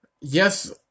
Yes